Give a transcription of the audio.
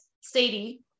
Sadie